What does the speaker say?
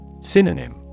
Synonym